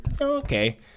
okay